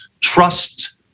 Trust